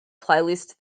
playlist